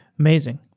amazing.